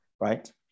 right